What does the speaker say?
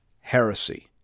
heresy